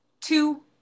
Two